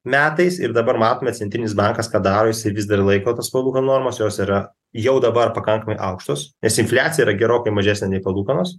metais ir dabar matome centrinis bankas ką daro jisai vis dar laiko tas palūkanų normas jos yra jau dabar pakankamai aukštos nes infliacija yra gerokai mažesnė nei palūkanos